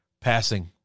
passing